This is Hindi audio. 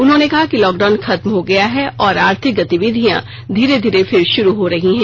उन्होंने कहा कि लॉकडाउन खत्म हो गया है और आर्थिक गतिविधियां धीरे धीरे फिर शुरू हो रही हैं